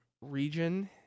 Region